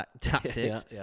tactics